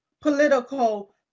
political